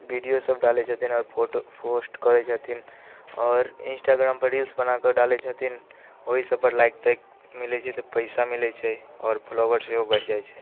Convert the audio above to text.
वीडियोसभ डालैत छथिन आओर फोटो पोस्ट करैत छथिन आओर इंस्टाग्रामपर रील्स बना कऽ डालैत छथिन ओहि सभपर लाइक ताइक मिलैत छै तऽ पैसा मिलैत छै आओर फॉलोवर सेहो बढ़ि जाइत छै